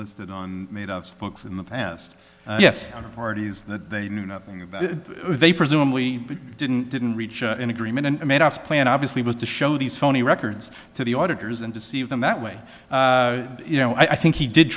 listed on made of books in the past yes parties that they knew nothing about they presumably didn't didn't reach an agreement and made us plan obviously was to show these phony records to the auditors and deceive them that way you know i think he did